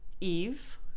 Eve